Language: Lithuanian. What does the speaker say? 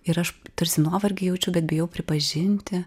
ir aš tarsi nuovargį jaučiu bet bijau pripažinti